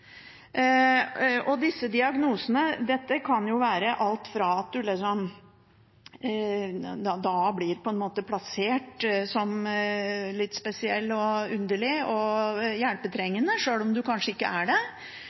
Disse diagnosene kan være alt fra at en blir plassert som litt spesiell og underlig og hjelpetrengende, sjøl om en ikke er det,